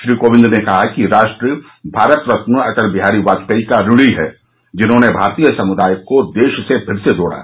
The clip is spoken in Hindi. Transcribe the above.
श्री कोविंद ने कहा कि राष्ट्र भारत रत्न अटल बिहारी वाजपेयी का ऋणी है जिन्होंने भारतीय समुदाय को देश से फिर से जोड़ा